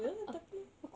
ya lah tapi